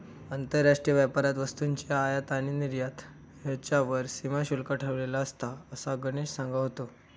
आंतरराष्ट्रीय व्यापारात वस्तूंची आयात आणि निर्यात ह्येच्यावर सीमा शुल्क ठरवलेला असता, असा गणेश सांगा होतो